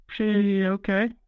okay